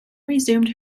resumed